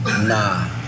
Nah